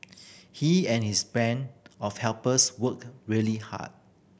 he and his band of helpers worked really hard